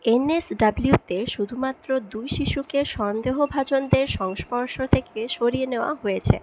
N S ডাব্লিউতে শুধুমাত্র দুই শিশুকে সন্দেহভাজনদের সংস্পর্শ থেকে সরিয়ে নেওয়া হয়েছে